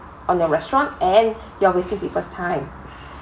on the restaurant and you are wasting people's time